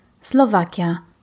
Slovakia